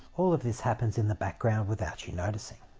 all of this happens in the background without you noticing.